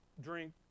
drink